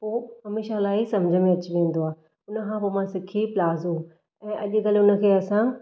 पोइ हमेशह लाइ सम्झ में अची वेंदो आहे उन खां पोइ मां सिखी प्लाज़ो ऐं अॼु कल्ह हुन खे असां